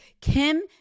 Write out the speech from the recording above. Kim